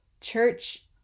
Church